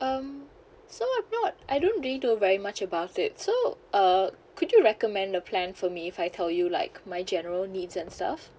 um so I'm not I don't really know a very much about it so uh could you recommend the plan for me if I tell you like my general needs and stuff